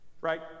Right